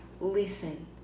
listen